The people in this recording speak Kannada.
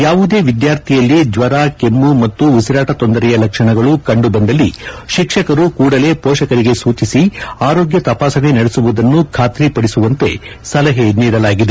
ಯಾವುದೇ ವಿದ್ಯಾರ್ಥಿಯಲ್ಲಿ ಜ್ವರ ಕೆಮ್ಮು ಮತ್ತು ಉಸಿರಾಟ ತೊಂದರೆಯ ಲಕ್ಷಣಗಳು ಕಂಡುಬಂದಲ್ಲಿ ಶಿಕ್ಷಕರು ಕೂಡಲೇ ಪೋಷಕರಿಗೆ ಸೂಚಿಸಿ ಆರೋಗ್ಯ ತಪಾಸಣೆ ನಡೆಸುವುದನ್ನು ಖಾತ್ರಿಪಡಿಸುವಂತೆ ಸಲಹೆ ನೀಡಲಾಗಿದೆ